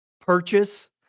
purchase